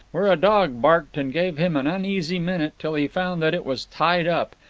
where a dog barked and gave him an uneasy minute till he found that it was tied up,